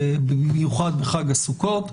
במיוחד בחג הסוכות.